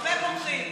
הרבה בורחים.